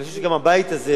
אני חושב שגם הבית הזה.